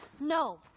No